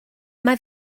mae